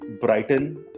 Brighton